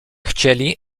chcieli